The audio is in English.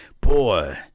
boy